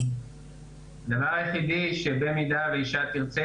הדבר היחידי שבמידה והאישה תרצה